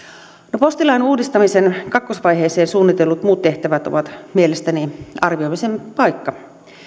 no postilain uudistamisen kakkosvaiheeseen suunnitellut muut tehtävät ovat mielestäni arvioimisen paikka